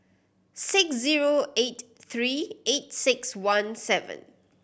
six zero eight three eight six one seven